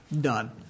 Done